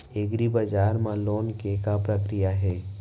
एग्रीबजार मा लोन के का प्रक्रिया हे?